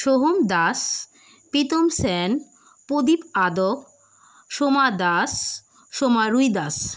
Soham Das Pritam Sen Pradip Adak Soma Das Soma Rui Das